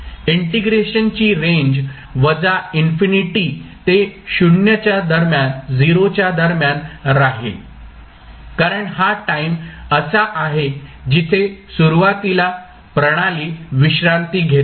integration ची range वजा infinity ते 0 च्या दरम्यान राहील कारण हा टाईम असा आहे जिथे सुरुवातीला प्रणाली विश्रांती घेते